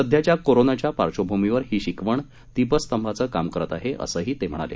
सध्याच्या कोरोनाच्या पार्श्वभूमीवर ही शिकवण दीपस्तंभाच काम करत आहे असंही ते म्हणाले